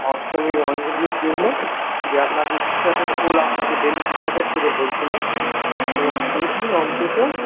অষ্টমীর অঞ্জলির জন্য যে আপনাদের দু প্যাকেট ফুল আপনাকে ডেলি দু প্যাকেট করে বলছিলাম ডেলি অন্তত